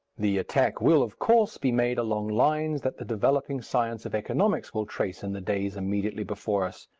the attack will, of course, be made along lines that the developing science of economics will trace in the days immediately before us.